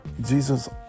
Jesus